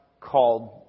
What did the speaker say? called